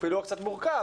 פילוח קצת מורכב,